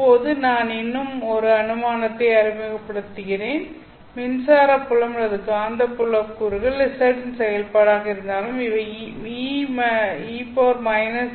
இப்போது நாம் இன்னும் ஒரு அனுமானத்தை அறிமுகப்படுத்துகிறோம் மின்சார புலம் அல்லது காந்தப்புல கூறுகள் z இன் செயல்பாடாக இருந்தாலும் அவை e